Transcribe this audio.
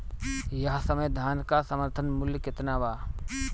एह समय धान क समर्थन मूल्य केतना बा?